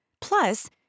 Plus